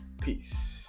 peace